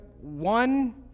one